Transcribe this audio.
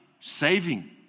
saving